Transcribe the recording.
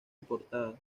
importada